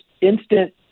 instant